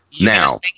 Now